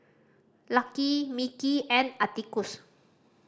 Lucky Mickey and Atticus